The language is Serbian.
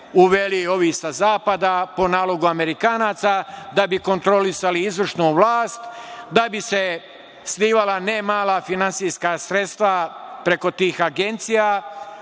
uveli ovi sa Zapada, po nalogu Amerikanaca, da bi kontrolisali izvršnu vlast, da bi se slivala nemala finansijska sredstva preko tih agencija